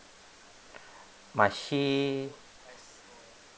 must she